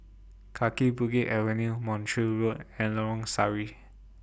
Kaki Bukit Avenue Montreal Road and Lorong Sari